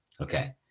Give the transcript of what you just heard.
Okay